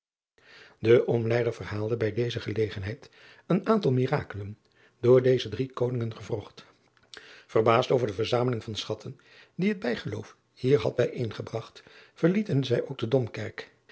e omleider verhaalde bij deze gelegenheid een aantal mirakelen door deze drie koningen gewrocht erbaasd over de verzameling van schatten die het bijgeloof hier had bijeengebragt verlieten zij ook de omkerk